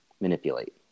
manipulate